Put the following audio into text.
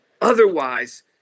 Otherwise